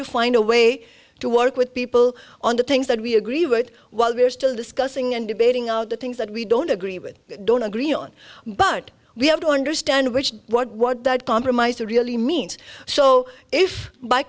to find a way to work with people on the things that we agree would while we're still discussing and debating out the things that we don't agree with don't agree on but we have to understand which what that compromise really means so if by